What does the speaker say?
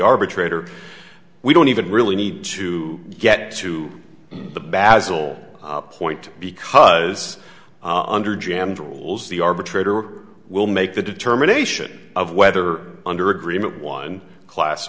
arbitrator we don't even really need to get to the basil point because under jammed rules the arbitrator will make the determination of whether under agreement one class